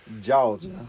Georgia